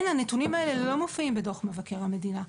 הנתונים האלה לא מופיעים בדוח מבקר המדינה.